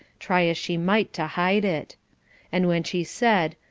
try as she might to hide it and when she said,